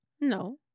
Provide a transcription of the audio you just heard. No